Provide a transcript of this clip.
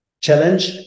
challenge